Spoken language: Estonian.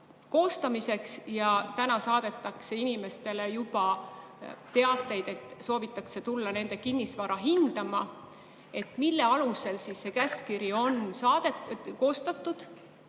koostamise kohta. Täna saadetakse inimestele juba teateid, et soovitakse tulla nende kinnisvara hindama. Mille alusel on koostatud